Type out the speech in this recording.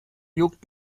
juckt